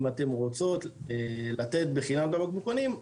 אם אתן רוצות לתת בחינם את הבקבוקונים,